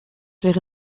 wäre